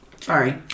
Sorry